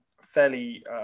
fairly